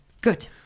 Good